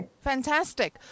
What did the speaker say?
Fantastic